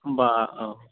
होमबा औ